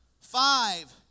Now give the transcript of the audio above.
five